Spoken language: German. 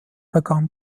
begann